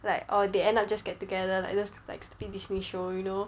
like or they end up just get together like those like stupid Disney show you know